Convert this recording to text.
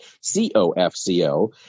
C-O-F-C-O